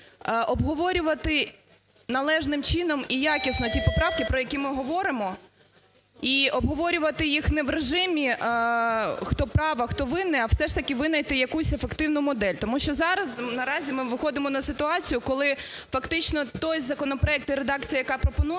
обговорювати належним чином і якісно ті поправки, про які ми говоримо, і обговорювати їх не в режимі, хто правий, а хто винний, а все ж таки винайти якусь ефективну модель. Тому що зараз наразі ми виходимо на ситуацію, коли фактично той законопроект і редакція, яка пропонується,